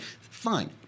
Fine